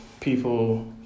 people